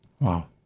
Wow